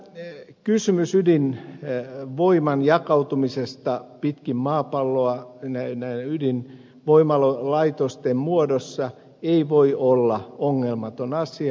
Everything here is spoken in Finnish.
tämä kysymys ydinvoiman jakautumisesta pitkin maapalloa näiden ydinvoimalaitosten muodossa ei voi olla ongelmaton asia